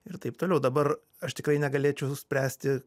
ir taip toliau dabar aš tikrai negalėčiau nuspręsti